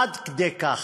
עד כדי כך.